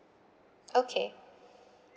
okay